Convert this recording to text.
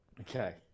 Okay